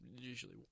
usually